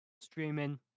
streaming